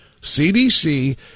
CDC